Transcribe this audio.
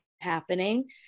happening